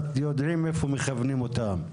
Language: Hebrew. יודעים איפה מכוונים אותם.